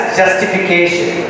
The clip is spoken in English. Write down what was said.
justification